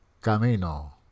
Camino